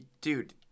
dude